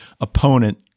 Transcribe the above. opponent